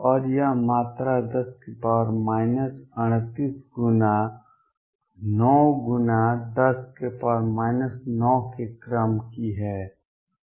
और यह मात्रा 10 38 गुना 9 गुना 109 के क्रम की है